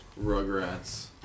Rugrats